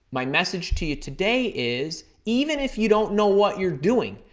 my message to you today is even if you don't know what you're doing,